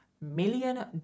million